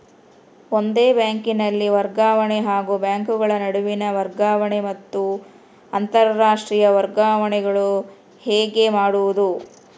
ಒಂದೇ ಬ್ಯಾಂಕಿನಲ್ಲಿ ವರ್ಗಾವಣೆ ಹಾಗೂ ಬ್ಯಾಂಕುಗಳ ನಡುವಿನ ವರ್ಗಾವಣೆ ಮತ್ತು ಅಂತರಾಷ್ಟೇಯ ವರ್ಗಾವಣೆಗಳು ಹೇಗೆ ಮಾಡುವುದು?